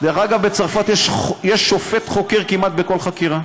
דרך אגב, בצרפת יש שופט חוקר כמעט בכל חקירה,